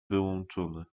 wyłączony